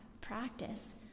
practice